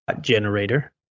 generator